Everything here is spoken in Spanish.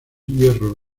hierro